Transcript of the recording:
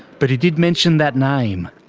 but he did mention that name,